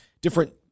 different